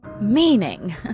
Meaning